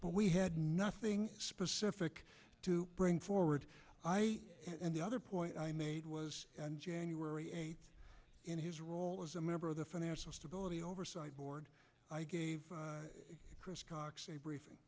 but we had nothing specific to bring forward and the other point i made was in january eighth in his role as a member of the financial stability oversight board i gave